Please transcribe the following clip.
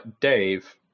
Dave